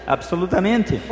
Absolutamente